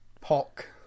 pock